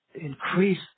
increase